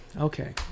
okay